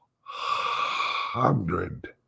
hundred